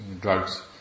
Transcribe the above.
Drugs